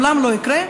לעולם זה לא יקרה,